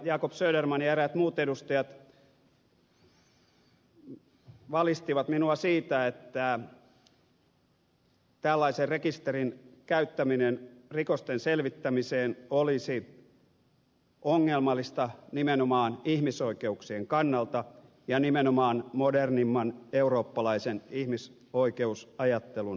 jacob söderman ja eräät muut edustajat valistivat minua siitä että tällaisen rekisterin käyttäminen rikosten selvittämiseen olisi ongelmallista nimenomaan ihmisoikeuksien kannalta ja nimenomaan modernimman eurooppalaisen ihmisoikeusajattelun valossa